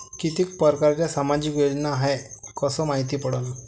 कितीक परकारच्या सामाजिक योजना हाय कस मायती पडन?